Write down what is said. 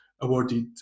awarded